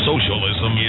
Socialism